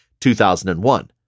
2001